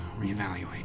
reevaluate